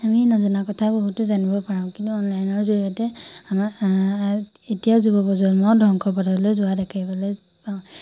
আমি নজনা কথা বহুতো জানিব পাৰোঁ কিন্তু অনলাইনৰ জৰিয়তে আমাৰ এতিয়া যুৱ প্ৰজন্ম ধ্বংসৰ পথলৈ যোৱা দেখিবলৈ পাওঁ